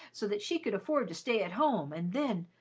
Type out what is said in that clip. so that she could afford to stay at home. and then,